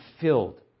filled